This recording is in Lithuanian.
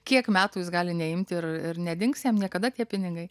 kiek metų jis gali neimti ir ir nedings jam niekada tie pinigai